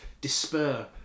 despair